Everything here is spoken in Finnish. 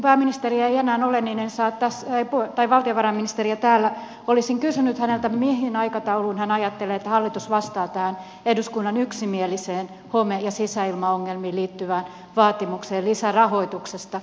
valtiovarainministeri ei enää ole ihminen saa taas leipoi tai täällä mutta olisin kysynyt häneltä millä aikataululla hän ajattelee hallituksen vastaavan tähän eduskunnan yksimieliseen vaatimukseen home ja sisäilmaongelmiin liittyvästä lisärahoituksesta